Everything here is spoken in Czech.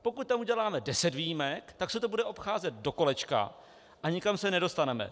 Pokud tam uděláme deset výjimek, tak se to bude obcházet dokolečka a nikam se nedostaneme.